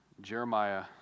Jeremiah